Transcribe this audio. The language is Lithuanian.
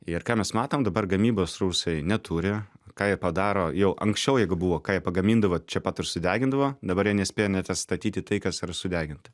ir ką mes matom dabar gamybos rusai neturi ką jie padaro jau anksčiau jeigu buvo ką jie pagamindavo čia pat ir sudegindavo dabar jie nespėja net atstatyti tai kas yra sudeginta